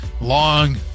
Long